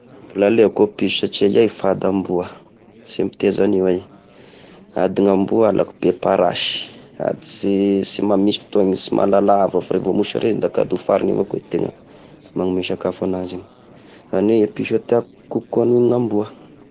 Mbola aleko i piso satria iahy fady amboa, sy miteza agnio iahy, sady ny amboa alako be parasy, sady sy sy mba misy fotoagny sy mahalala hava fa revo misy rehy izy da kahofarigny avao ko ny tegna magnome sakafo agnazy io, izany hoe i piso tiako kokoa noho ny amboa.